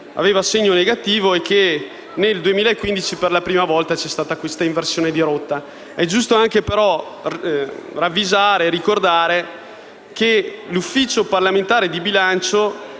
aveva un segno negativo, e che nel 2015 per la prima volta c'è stata questa inversione di rotta. È giusto però anche ravvisare e ricordare che l'Ufficio parlamentare di bilancio